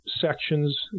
sections